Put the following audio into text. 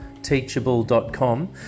Teachable.com